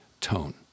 tone